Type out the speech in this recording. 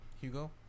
Hugo